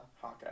Hawkeye